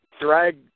Drag